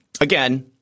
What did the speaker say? again